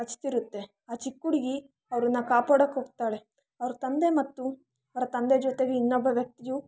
ಕಚ್ತಿರುತ್ತೆ ಆ ಚಿಕ್ಕ ಹುಡುಗಿ ಅವರನ್ನ ಕಾಪಾಡಕ್ಕೊಗ್ತಾಳೆ ಅವರ ತಂದೆ ಮತ್ತು ಅವರ ತಂದೆ ಜೊತೆ ಇನ್ನೊಬ್ಬ ವ್ಯಕ್ತಿಯೂ